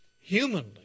humanly